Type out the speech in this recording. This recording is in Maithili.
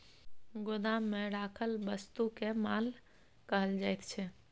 गोदाममे राखल वस्तुकेँ माल कहल जाइत छै